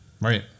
Right